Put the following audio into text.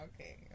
Okay